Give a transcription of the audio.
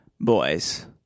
boys